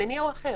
המניע הוא אחר.